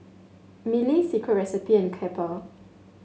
Mili Secret Recipe and Kappa